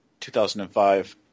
2005